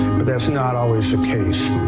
but that's not always the case.